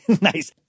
Nice